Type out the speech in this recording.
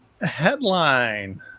Headline